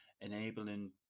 enabling